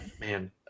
Man